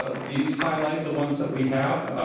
ah these highlight the ones that we have.